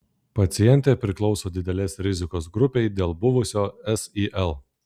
pacientė priklauso didelės rizikos grupei dėl buvusio sil